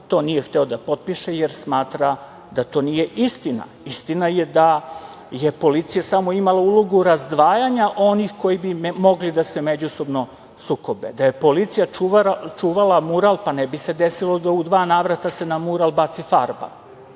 to nije hteo da potpiše, jer smatra da to nije istina. Istina je da je policija imala samo ulogu razdvajanja onih koji bi mogli da se međusobno sukobe. Da je policija čuvala mural, pa ne bi se desilo da se u dva navrata na mural baci farba.